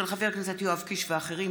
של חבר הכנסת יואב קיש ואחרים,